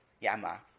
Yama